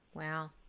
Wow